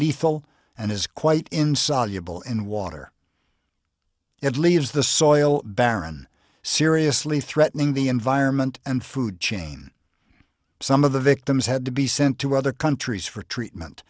lethal and is quite insoluble in water it leaves the soil barren seriously threatening the environment and food chain some of the victims had to be sent to other countries for treatment